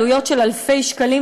הן עלויות של אלפי שקלים,